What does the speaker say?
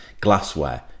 Glassware